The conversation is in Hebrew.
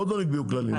עוד לא נקבעו כללים,